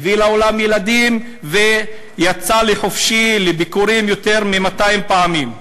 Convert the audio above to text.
הביא לעולם ילדים ויצא לחופשי לביקורים יותר מ-200 פעמים.